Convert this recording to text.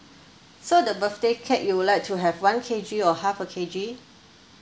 so the birthday cake you would like to have one K_G or half a K_G